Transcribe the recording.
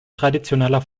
traditioneller